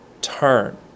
Turn